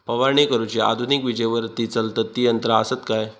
फवारणी करुची आधुनिक विजेवरती चलतत ती यंत्रा आसत काय?